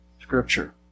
scripture